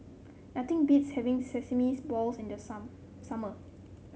nothing beats having Sesame Balls in the sum summer